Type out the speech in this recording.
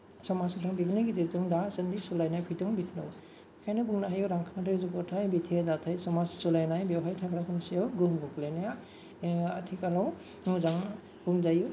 समाजजों बेनि गेजेरजों दासान्दि सोलायनाय फैदों बेखिनियाव बेनिखायनो बुंनो हायो रांखान्थि जौगाथाय बिथा दाथाय समाज सोलायनाय बेवहाय थाग्राफोरनि सायाव गोहोम गोग्लैनाया आथिखालाव मोजां बुंजायो